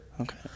Okay